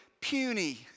puny